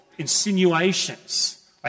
Insinuations